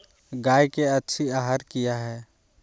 गाय के अच्छी आहार किया है?